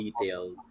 detail